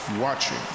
watching